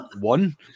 one